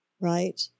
right